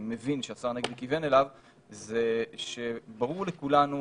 מבין שהשר הנגבי כיוון אליו הוא שברור לכולנו,